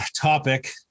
topic